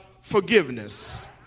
forgiveness